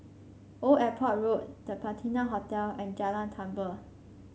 Old Airport Road The Patina Hotel and Jalan Tambur